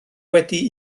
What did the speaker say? wedi